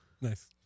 Nice